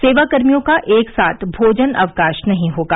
सेवाकर्मियों का एक साथ भोजनावकाश नहीं होगा